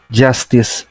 justice